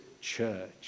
church